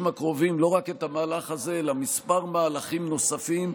הקרובים לא רק את המהלך הזה אלא כמה מהלכים נוספים.